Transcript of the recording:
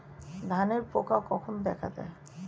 ধানের পোকা কখন দেখা দেয়?